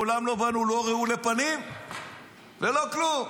ומעולם לא באנו לא רעולי פנים ולא כלום.